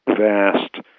vast